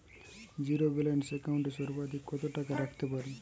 Zero balance account এ সর্বাধিক কত টাকা রাখতে পারি?